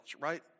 right